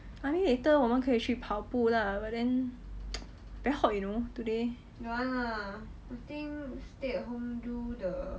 I mean later 我们可以去跑步 lah but then very hot you know today